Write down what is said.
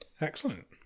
Excellent